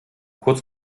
kurz